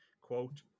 quote